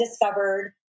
discovered